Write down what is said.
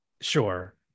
sure